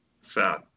sad